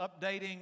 updating